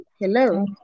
Hello